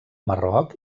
marroc